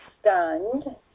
stunned